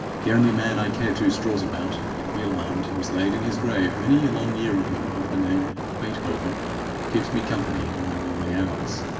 the only man i care two straws about don't be alarmed he was laid in his grave many a long year ago, under the name of beethoven keeps me company, in my lonely hours.